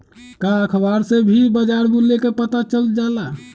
का अखबार से भी बजार मूल्य के पता चल जाला?